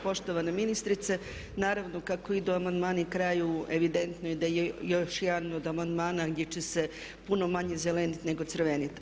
Poštovana ministrice, naravno kako idu amandmani kraju evidentno je da još jedan od amandmana gdje će se puno manje zeleniti nego crveniti.